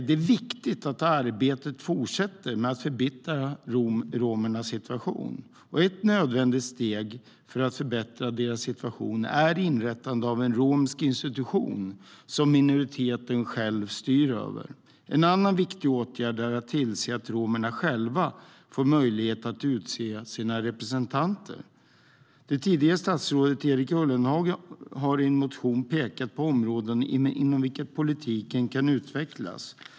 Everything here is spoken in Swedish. Det är viktigt att arbetet med att förbättra romernas situation fortsätter. Ett nödvändigt steg för att förbättra deras situation är inrättande av en romsk institution som minoriteten själv styr över. En annan viktig åtgärd är att tillse att romerna själva får möjlighet att utse sina representanter. Det tidigare statsrådet Erik Ullenhag har i en motion pekat på områden inom vilka politiken kan utvecklas.